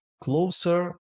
closer